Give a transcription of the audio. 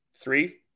three